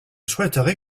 souhaiterais